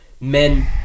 men